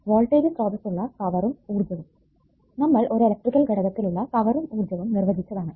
voltage സ്രോതസ്സിലുള്ള പവറും ഊർജ്ജവും നമ്മൾ ഒരു ഇലക്ട്രിക്കൽ ഘടകത്തിലുള്ള പവറും ഊർജ്ജവും നിർവചിച്ചതാണ്